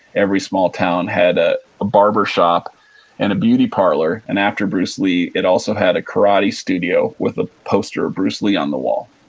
every small town had a a barber shop and a beauty parlor. and after bruce lee, it also had a karate studio with a poster of bruce lee on the wall.